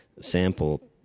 sample